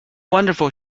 wonderful